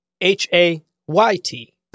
H-A-Y-T